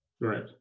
right